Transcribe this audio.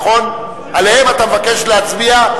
ועליהן אתה מבקש להצביע.